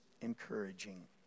encouraging